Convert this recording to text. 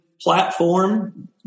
platform